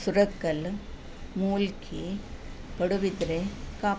Surathkal Mulki Padubidri Kapu